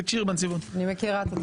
אני מכירה את התקשי"ר.